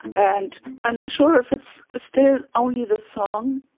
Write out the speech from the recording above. and i'm not sure if it's still only the song.